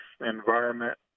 environment